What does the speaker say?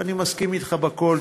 אני מסכים אתך בכול.